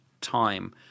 time